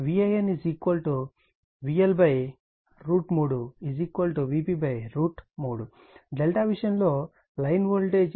VAN VL3 Vp3 Δ విషయం లో line voltage phase voltage